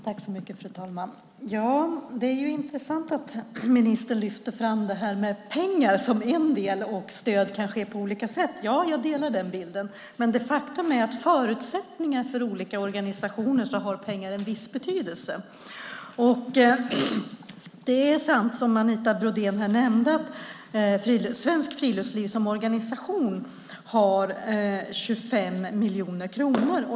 Fru talman! Det är intressant att ministern lyfter fram det här med pengar som en del och att stöd kan ske på olika sätt. Jag delar den synen. Men faktum är att pengar har en viss betydelse för förutsättningarna för olika organisationer. Det är sant som Anita Brodén nämnde här att Svenskt Friluftsliv som organisation har 25 miljoner kronor.